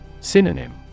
Synonym